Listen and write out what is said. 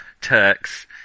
turks